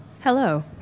Hello